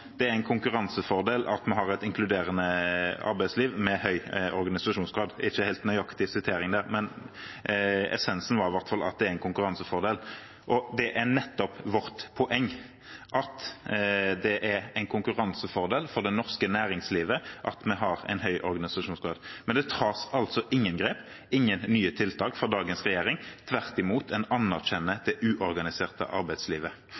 det er en konkurransefordel at vi har et inkluderende arbeidsliv med høy organisasjonsgrad. Det er ikke helt nøyaktig sitert, men essensen var i alle fall at det er en konkurransefordel. Det er nettopp vårt poeng, at det er en konkurransefordel for det norske næringslivet at vi har en høy organisasjonsgrad, men det tas altså ingen grep, det kommer ingen nye tiltak, fra dagens regjering. Tvert imot – en anerkjenner det uorganiserte arbeidslivet.